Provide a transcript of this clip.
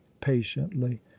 patiently